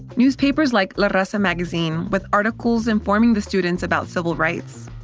newspapers like la raza magazine, with articles informing the students about civil rights.